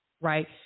right